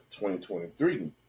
2023